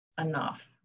enough